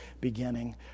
beginning